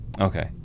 Okay